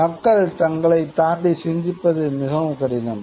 மக்கள் தங்களைத் தாண்டி சிந்திப்பது மிகவும் கடினம்